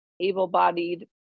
able-bodied